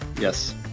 Yes